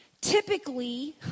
typically